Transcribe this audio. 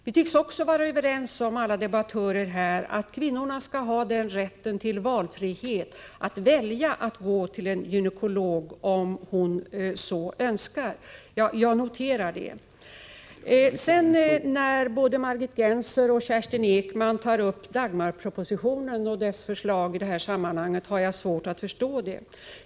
Jag noterar också att alla debattörer tycks vara överens om att kvinnorna skall ha valfrihet och rätt att välja att gå till en gynekolog om de så önskar. Både Margit Gennser och Kerstin Ekman tar upp Dagmarpropositionen och dess förslag i det här sammanhanget, och det har jag svårt att förstå.